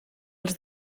els